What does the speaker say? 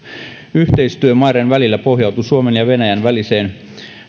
yhteistyö maiden välillä pohjautuu suomen ja venäjän väliseen